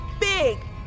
big